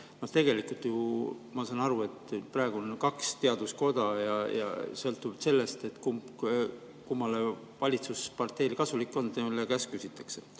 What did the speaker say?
Tegelikult ma saan ju aru, et praegu on kaks teadusnõukoda ja sõltuvalt sellest, kumb valitsusparteile kasulik on, selle käest küsitakse.